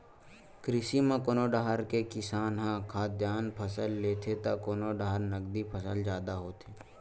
कृषि म कोनो डाहर के किसान ह खाद्यान फसल लेथे त कोनो डाहर नगदी फसल जादा होथे